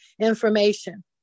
information